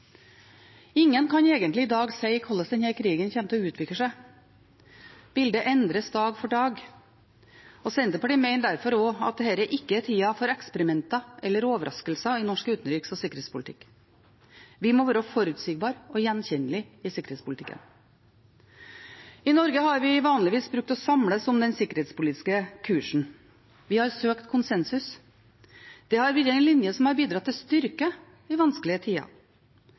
Ingen kan egentlig i dag si hvordan denne krigen kommer til å utvikle seg. Bildet endres dag for dag, og Senterpartiet mener derfor at dette ikke er tida for eksperimenter eller overraskelser i norsk utenriks- og sikkerhetspolitikk. Vi må være forutsigbare og gjenkjennelige i sikkerhetspolitikken. I Norge har vi vanligvis brukt å samles om den sikkerhetspolitiske kursen. Vi har søkt konsensus. Det har vært en linje som har bidratt til styrke i vanskelige tider.